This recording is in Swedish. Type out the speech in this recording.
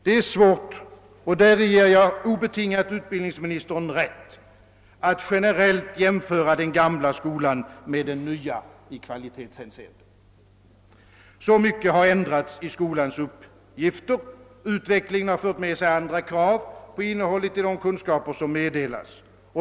Det är svårt — däri ger jag utbildningsministern obetingat rätt — att generellt jämföra den gamla skolan med den nya i kvalitetshänseende. Så mycket har ändrats i skolans uppgifter. Utvecklingen har fört med sig andra krav på innehållet av de kunskaper som meddelas.